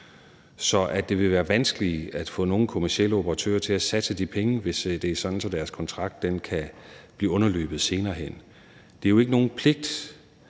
at det vil være vanskeligt at få nogen kommercielle operatører til at satse de penge, hvis det er sådan, at deres kontrakt kan blive underløbet senere hen. Der er jo ikke nogen pligt,